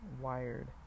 wired